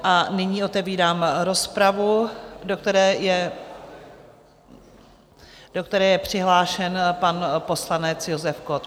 A nyní otevírám rozpravu, do které je přihlášen pan poslanec Josef Kott.